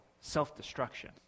self-destruction